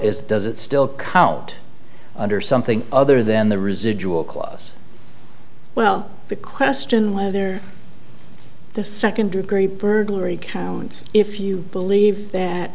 is does it still come out under something other than the residual class well the question whether the second degree burglary counts if you believe that